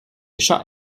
champ